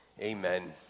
Amen